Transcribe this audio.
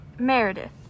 meredith